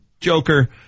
Joker